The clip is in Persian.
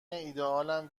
ایدهآلم